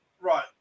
Right